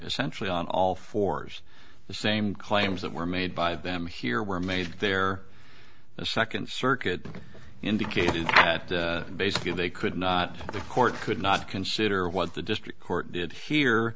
essentially on all fours the same claims that were made by them here were made their second circuit indicated that basically they could not the court could not consider what the district court did here